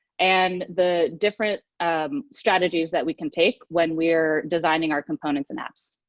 and the different strategies that we can take when we are designing our components and apps.